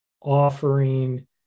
offering